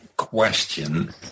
question